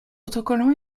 autocollants